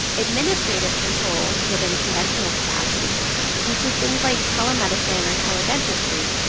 administrative controls within conventional capacity include things like telemedicine or teledentistry,